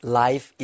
life